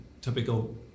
typical